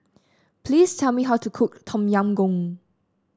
please tell me how to cook Tom Yam Goong